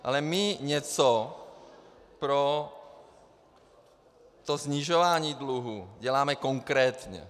Ale my něco pro to snižování dluhu děláme konkrétně.